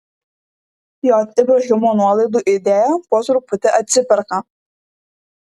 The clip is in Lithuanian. j ibrahimo nuolaidų idėja po truputį atsiperka